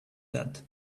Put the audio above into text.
that